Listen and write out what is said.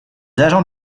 agents